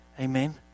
Amen